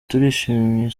turishimye